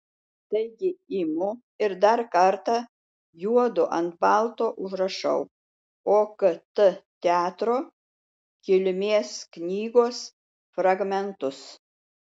taigi imu ir dar kartą juodu ant balto užrašau okt teatro kilmės knygos fragmentus